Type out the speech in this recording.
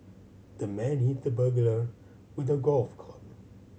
the man hit the burglar with a golf club